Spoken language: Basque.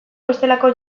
bestelako